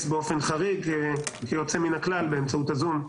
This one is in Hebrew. באופן חריג ויוצא מן הכלל באמצעות הזום.